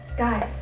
guys,